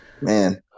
man